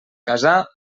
casar